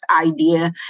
idea